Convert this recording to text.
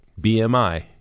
BMI